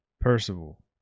Percival